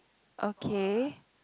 okay